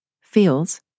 feels